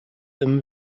them